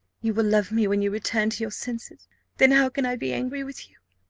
you will love me when you return to your senses then how can i be angry with you?